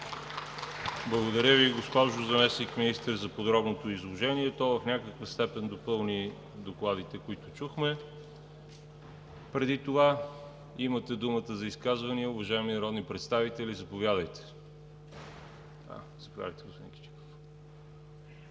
Благодаря Ви, госпожо Заместник-министър, за подробното изложение. То в някаква степен допълни докладите, които чухме преди това. Имате думата за изказвания, уважаеми народни представители. Заповядайте, господин Мехмед.